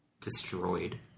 destroyed